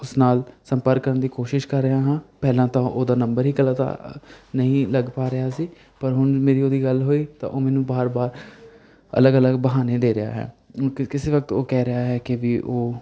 ਉਸ ਨਾਲ ਸੰਪਰਕ ਕਰਨ ਦੀ ਕੋਸ਼ਿਸ਼ ਕਰ ਰਿਹਾ ਹਾਂ ਪਹਿਲਾਂ ਤਾਂ ਉਹਦਾ ਨੰਬਰ ਹੀ ਗਲਤ ਨਹੀਂ ਲੱਗ ਪਾ ਰਿਹਾ ਸੀ ਪਰ ਹੁਣ ਮੇਰੀ ਉਹਦੀ ਗੱਲ ਹੋਈ ਤਾਂ ਉਹ ਮੈਨੂੰ ਵਾਰ ਵਾਰ ਅਲੱਗ ਅਲੱਗ ਬਹਾਨੇ ਦੇ ਰਿਹਾ ਹੈ ਕਿ ਕਿਸੇ ਵਕਤ ਉਹ ਕਹਿ ਰਿਹਾ ਹੈ ਕਿ ਵੀ ਉਹ